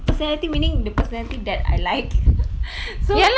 personality meaning the personality that I like so